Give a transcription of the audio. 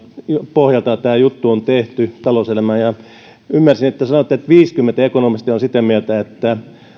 pohjalta tämä juttu on tehty talouselämään ymmärsin että sanoitte että viisikymmentä ekonomistia on sitä mieltä että